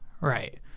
right